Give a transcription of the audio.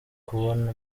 kubona